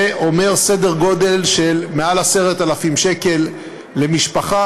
זה אומר סדר גודל של יותר מ-10,000 שקל למשפחה,